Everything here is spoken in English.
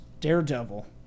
daredevil